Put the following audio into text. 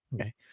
Okay